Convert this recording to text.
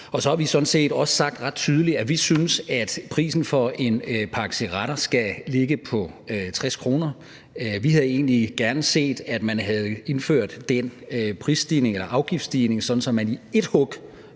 sådan set også sagt ret tydeligt, at vi synes, at prisen på en pakke cigaretter skal ligge på 60 kr. Vi havde egentlig gerne set, at man havde indført den prisstigning eller afgiftsstigning, sådan at man